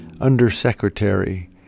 Undersecretary